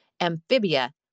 Amphibia